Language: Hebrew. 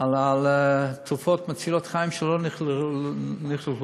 כמו תרופות מצילות חיים שלא נכללו בסל.